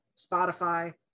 Spotify